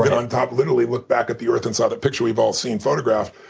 ah yeah and literally looked back at the earth and saw the picture we've all seen photographed,